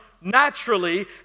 naturally